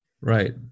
Right